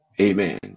Amen